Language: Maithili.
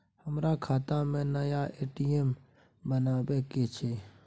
हमर खाता में नया ए.टी.एम बनाबै के छै?